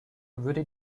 würde